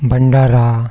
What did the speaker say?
Bhandara